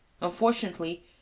Unfortunately